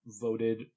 voted